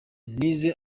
nize